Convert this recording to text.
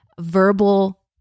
verbal